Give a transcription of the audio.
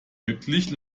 wirklich